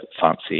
fancy